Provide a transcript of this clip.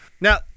Now